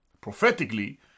Prophetically